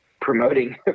promoting